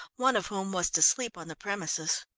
one of whom was to sleep on the premises.